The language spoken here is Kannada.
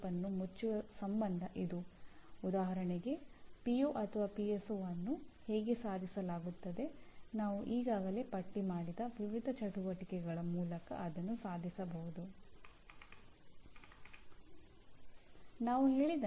ಒಂದು ಸಂಸ್ಥೆಯು ಅದರ ನಿರ್ವಹಣೆ ಆಯೋಗ ಅಧ್ಯಾಪಕರು ಮತ್ತು ಕೆಲವು ಸ್ಥಾಪಿತ ಶೈಕ್ಷಣಿಕ ಪ್ರಕ್ರಿಯೆಗಳಿಂದ ನಿರೂಪಿಸಲ್ಪಟ್ಟಿದೆ